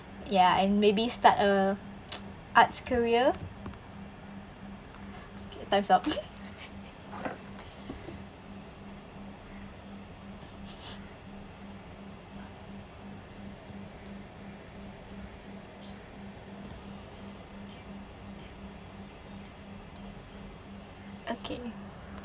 ya and maybe start a arts career okay time's up okay